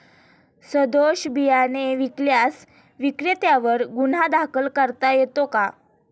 सदोष बियाणे विकल्यास विक्रेत्यांवर गुन्हा दाखल करता येतो का?